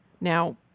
Now